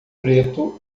preto